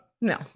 No